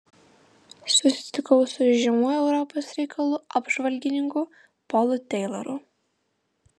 susitikau su įžymiuoju europos reikalų apžvalgininku polu teiloru